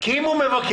כי אם הוא מבקש,